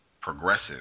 progressive